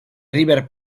river